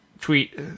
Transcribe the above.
tweet